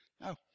No